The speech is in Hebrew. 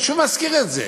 אני שוב מזכיר את זה.